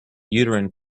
uterine